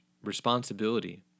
responsibility